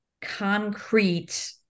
concrete